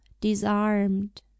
disarmed